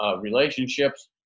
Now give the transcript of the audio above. relationships